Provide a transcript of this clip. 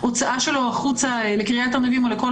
ההוצאה שלו החוצה לקריית ענבים או לכל